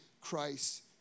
Christ